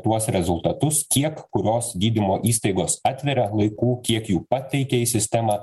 tuos rezultatus tiek kurios gydymo įstaigos atveria laikų kiek jų pateikė į sistemą